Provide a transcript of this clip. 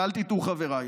ואל תטעו, חבריי.